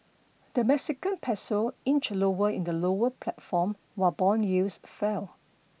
the Mexican peso inched lower in the lower platform while bond yields fell